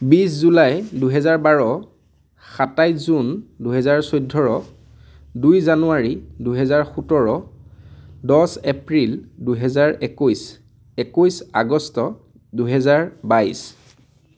বিছ জুলাই দুহেজাৰ বাৰ সাতাইছ জুন দুহেজাৰ চৈধ্য দুই জানুৱাৰী দুহেজাৰ সোতৰ দহ এপ্ৰিল দুহেজাৰ একৈছ একৈছ আগষ্ট দুহেজাৰ বাইছ